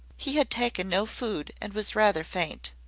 he had taken no food and was rather faint.